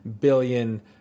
billion